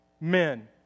men